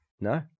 No